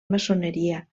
maçoneria